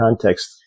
context